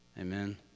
Amen